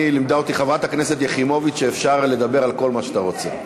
לימדה אותי חברת הכנסת יחימוביץ שאפשר לדבר על כל מה שאתה רוצה.